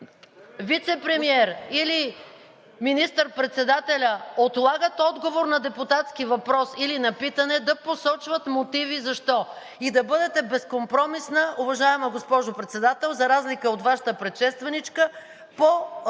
вицепремиер или министър-председателят отлагат отговор на депутатски въпрос или на питане, да посочват мотиви защо. И да бъдете безкомпромисна, уважаема госпожо Председател, за разлика от Вашата предшественичка, по това